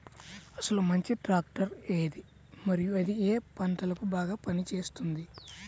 అసలు మంచి ట్రాక్టర్ ఏది మరియు అది ఏ ఏ పంటలకు బాగా పని చేస్తుంది?